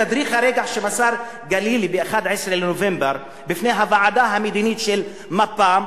בתדריך שמסר גלילי ב-11 בנובמבר בפני הוועדה המדינית של מפ"ם,